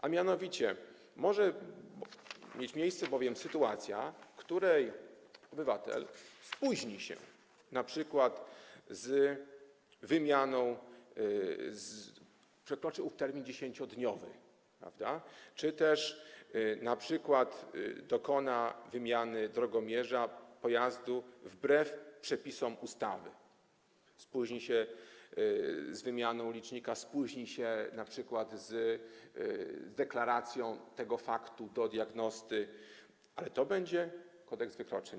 A mianowicie może bowiem mieć miejsce sytuacja, w której obywatel spóźni się np. z wymianą, przekroczy ów 10-dniowy termin czy też np. dokona wymiany drogomierza pojazdu wbrew przepisom ustawy, spóźni się z wymianą licznika, spóźni się np. z deklaracją tego faktu do diagnosty - ale to będzie jedynie kodeks wykroczeń.